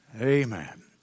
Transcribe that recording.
amen